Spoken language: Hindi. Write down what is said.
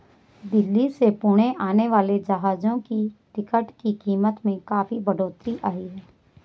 दिल्ली से पुणे आने वाली जहाजों की टिकट की कीमत में काफी बढ़ोतरी आई है